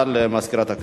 13,